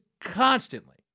constantly